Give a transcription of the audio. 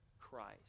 Christ